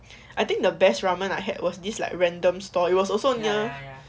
I think the best ramen I had was this like random stall it was also near